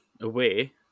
away